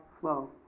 flow